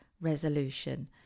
resolution